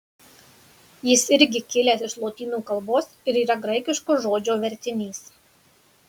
jis irgi kilęs iš lotynų kalbos ir yra graikiško žodžio vertinys